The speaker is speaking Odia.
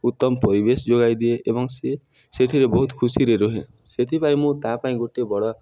ଉତ୍ତମ ପରିବେଶ ଯୋଗାଇ ଦିଏ ଏବଂ ସିଏ ସେଠାରେ ବହୁତ ଖୁସିରେ ରହେ ସେଥିପାଇଁ ମୁଁ ତା' ପାଇଁ ଗୋଟେ ବଡ଼